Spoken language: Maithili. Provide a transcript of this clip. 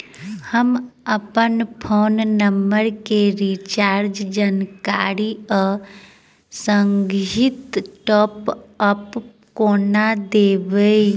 हम अप्पन फोन नम्बर केँ रिचार्जक जानकारी आ संगहि टॉप अप कोना देखबै?